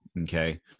Okay